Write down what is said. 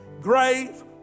grave